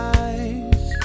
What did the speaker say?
eyes